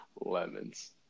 lemons